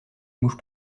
mouche